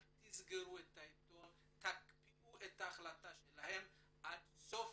אל תסגרו את העיתון, תקפיאו את ההחלטה שלכם עד סוף